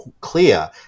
clear